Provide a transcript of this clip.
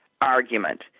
argument